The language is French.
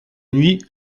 nuit